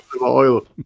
oil